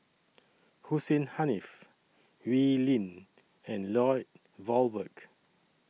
Hussein Haniff Wee Lin and Lloyd Valberg